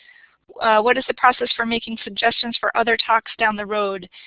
what is the process for making suggestions for other talks down the road?